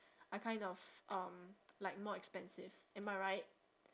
are kind of um like more expensive am I right